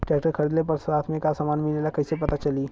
Tractor खरीदले पर साथ में का समान मिलेला कईसे पता चली?